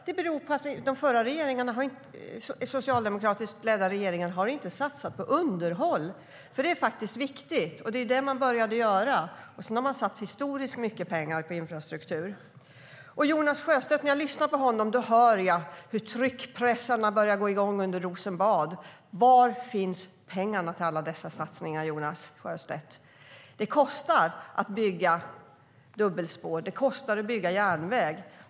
Det beror på att den förra socialdemokratiskt ledda regeringen inte satsade på underhåll. Det är viktigt att göra, och det var det alliansregeringen började göra. Sedan har man satsat historiskt mycket på infrastruktur. När jag lyssnar på Jonas Sjöstedt hör jag hur tryckpressarna går igång under Rosenbad. Var finns pengarna till alla dessa satsningar, Jonas Sjöstedt? Det kostar att bygga dubbelspår. Det kostar att bygga järnväg.